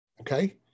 Okay